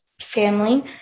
family